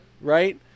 right